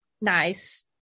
Nice